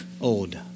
old